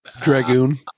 Dragoon